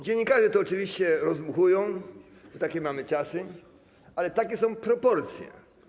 Dziennikarze to oczywiście rozdmuchują, bo takie mamy czasy, ale takie są proporcje.